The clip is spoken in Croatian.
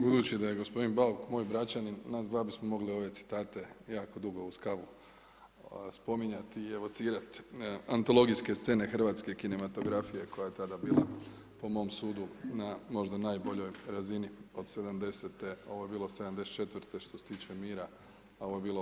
Budući da je gospodin Bauk moj Bračanin nas dva bi smo mogli ove citate jako dugo uz kavu spominjati i evocirat antologijske scene hrvatske kinematografije koja je tada bila po mom sudu na možda najboljoj razini od 70. ovo je bilo 74. što se tiče mira, a ovo je bilo 80.